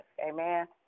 Amen